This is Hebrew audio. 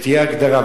שתהיה הגדרה.